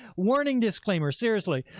warning disclaimer, seriously,